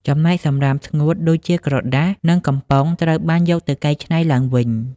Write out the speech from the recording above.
ចំណែកសំរាមស្ងួតដូចជាក្រដាស និងកំប៉ុងត្រូវបានយកទៅកែច្នៃឡើងវិញ។